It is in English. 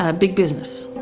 ah big business,